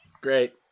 Great